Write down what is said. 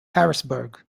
harrisburg